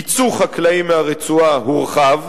הייצוא החקלאי מהרצועה הורחב,